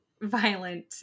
violent